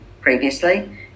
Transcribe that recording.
previously